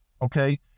Okay